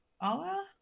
Allah